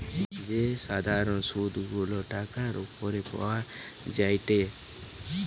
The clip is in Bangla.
যে সাধারণ সুধ গুলা টাকার উপর পাওয়া যায়টে